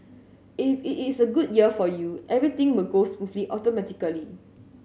if it is a good year for you everything will go smoothly automatically